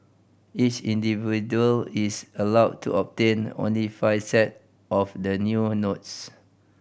each individual is allowed to obtain only five set of the new notes